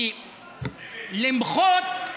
כי למחות,